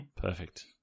Perfect